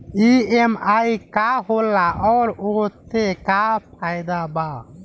EMI का होला और ओसे का फायदा बा?